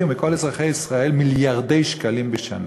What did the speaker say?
ומכל אזרחי ישראל מיליארדי שקלים בשנה,